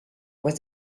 was